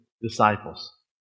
disciples